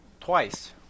twice